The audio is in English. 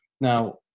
Now